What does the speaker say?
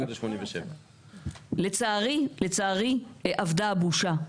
לצערי אבדה הבושה.